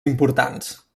importants